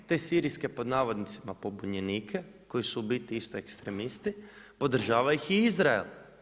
Te Sirijske „pobunjenike“ koji su u biti isto ekstremnisti, podržava ih i Izrael.